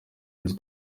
inzu